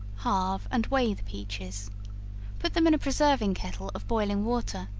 halve and weigh the peaches put them in a preserving kettle of boiling water,